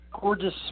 Gorgeous